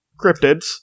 cryptids